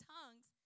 tongues